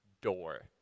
door